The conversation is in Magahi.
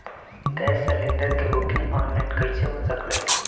गैस सिलेंडर के बुकिंग ऑनलाइन कईसे हो सकलई ह?